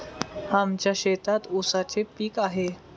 आमच्या शेतात ऊसाचे पीक आहे